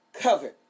covered